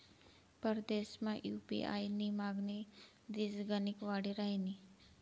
परदेसमा यु.पी.आय नी मागणी दिसगणिक वाडी रहायनी